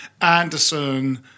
Anderson